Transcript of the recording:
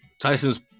Tyson's